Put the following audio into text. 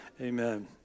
Amen